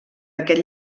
aquest